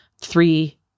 Three